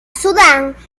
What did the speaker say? sudán